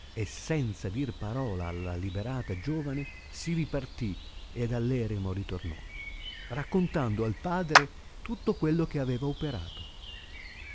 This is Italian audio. e senza dir parola alla liberata giovane si riparti ed all eremo ritornò raccontando al padre tutto quello aveva operato